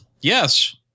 yes